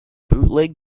bootleg